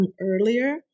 earlier